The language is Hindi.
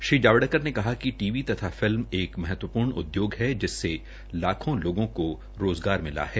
श्री जावड़ेकर ने कहा कि टी वी तथा फिल्म एक महत्वपूर्ण उद्योग है जिससे लाखों लोगों को रोज़गार दिया गया है